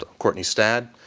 ah courtney stadd,